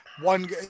one